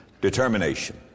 Determination